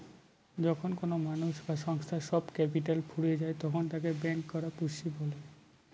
যখন কোনো মানুষ বা সংস্থার সব ক্যাপিটাল ফুরিয়ে যায় তখন তাকে ব্যাংকরাপসি বলে